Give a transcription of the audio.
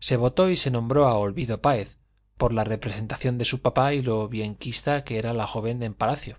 se votó y se nombró a olvido páez por la representación de su papá y lo bienquista que era la joven en palacio